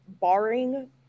barring